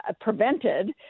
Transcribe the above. prevented